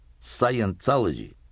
Scientology